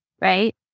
right